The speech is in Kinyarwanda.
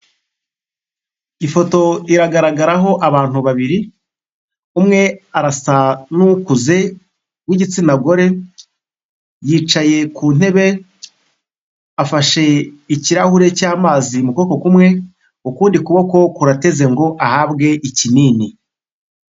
Ifoto iragaragaraho abantu babiri, umwe arasa n'ukuze w'igitsina gore, yicaye ku ntebe afashe ikirahure cy'amazi mu kuboko kumwe ukundi kuboko kurateze ngo ahabwe ikinini.